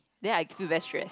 then I feel very stress